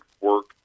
work